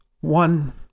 one